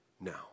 now